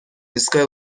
ایستگاه